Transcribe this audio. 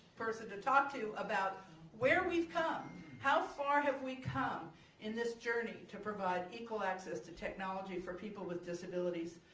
person to talk to about where we've come how far have we come in this journey to provide equal access to technology for people with disabilities.